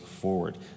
forward